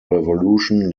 revolution